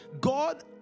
God